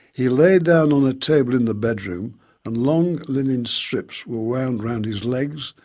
he laid down on a table in the bedroom and long linen strips were wound round his legs,